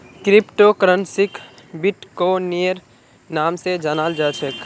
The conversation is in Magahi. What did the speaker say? क्रिप्टो करन्सीक बिट्कोइनेर नाम स जानाल जा छेक